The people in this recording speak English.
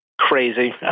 crazy